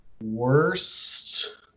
worst